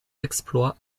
exploits